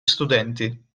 studenti